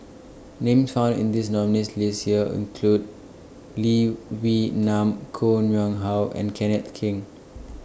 Names found in This nominees' list This Year include Lee Wee Nam Koh Nguang How and Kenneth Keng